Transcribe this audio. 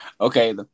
Okay